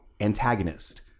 antagonist